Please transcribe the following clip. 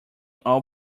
all